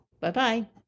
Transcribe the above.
Bye-bye